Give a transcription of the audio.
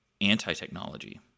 anti-technology